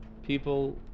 people